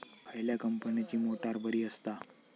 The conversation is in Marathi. खयल्या कंपनीची मोटार बरी असता?